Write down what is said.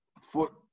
foot